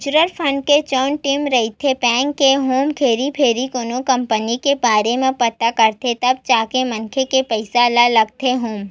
mutual fund के जउन team रहिथे बेंक के ओमन घेरी भेरी कोनो कंपनी के बारे म पता करथे तब जाके मनखे के पइसा ल लगाथे ओमा